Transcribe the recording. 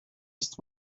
ist